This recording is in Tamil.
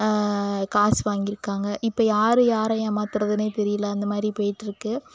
காசு வாங்கியிருக்காங்க இப்போ யார் யாரை ஏமாத்துறதுனே தெரியல அந்த மாதிரி போயிட்டிருக்கு